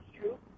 true